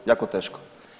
Jako teško.